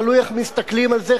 תלוי איך מסתכלים על זה,